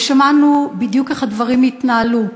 ושמענו בדיוק איך הדברים התנהלו,